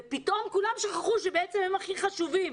ופתאום כולם שכחו שבעצם הם הכי חשובים.